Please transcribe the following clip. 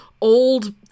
old